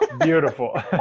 beautiful